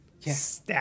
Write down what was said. Yes